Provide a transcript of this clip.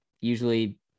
usually